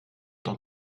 tant